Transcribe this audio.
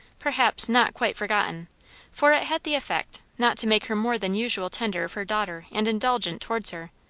perhaps not quite forgotten for it had the effect, not to make her more than usual tender of her daughter and indulgent towards her,